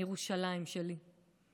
ירושלים שלי,